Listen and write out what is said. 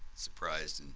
surprised, and